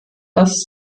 dass